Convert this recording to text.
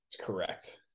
Correct